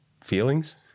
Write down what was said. feelings